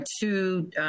two